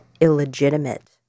illegitimate